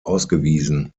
ausgewiesen